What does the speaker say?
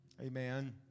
Amen